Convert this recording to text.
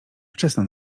wczesna